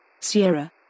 Sierra